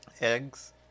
eggs